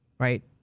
Right